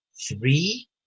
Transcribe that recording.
Three